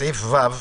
סעיף קטן (ו),